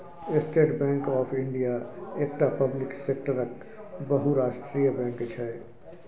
state Bank of India एकटा public सेक्टरक बहुराष्ट्रीय बैंक छै